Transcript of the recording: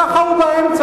ככה הוא באמצע,